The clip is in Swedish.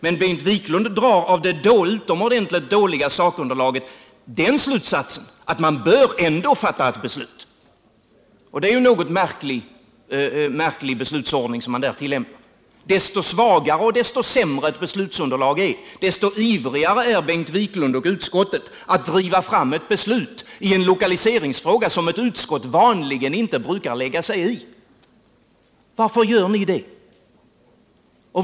Men Bengt Wiklund drar av det utomordentligt dåliga sakunderlaget den slutsatsen att vi ändå bör fatta ett beslut. Det är en något märklig beslutsordning som han vill tillämpa. Ju svagare och sämre ett beslutsunderlag är desto ivrigare är Bengt Wiklund och utskottet att driva fram ett beslut —i detta fall i en lokaliseringsfråga, som ett utskott vanligen inte brukar lägga sig i. Varför gör ni det?